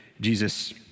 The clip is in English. Jesus